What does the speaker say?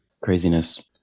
Craziness